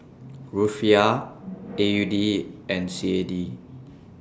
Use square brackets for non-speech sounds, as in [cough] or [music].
[noise] Rufiyaa [noise] A U D and C A D